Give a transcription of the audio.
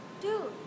Dude